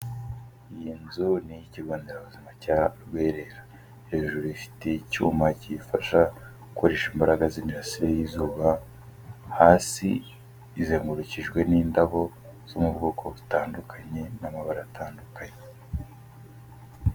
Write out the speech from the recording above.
Iyi nzu ni iy'Ikigo Nderabuzima cya Rwerere. Hejuru ifite icyuma kiyifasha gukoresha imbaraga z'imirasire y'izuba, hasi izengurukishijwe n'indabo zo mu bwoko butandukanye n'amabara atandukanye.